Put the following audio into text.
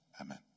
amen